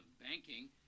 banking